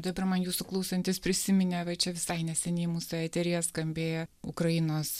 dabar man jūsų klausantis prisiminė va čia visai neseniai mūsų eteryje skambėjo ukrainos